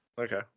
Okay